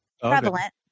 prevalent